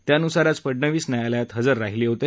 त्यानुसार आज फडणवीस न्यायालयात हजर राहिले होते